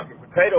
potato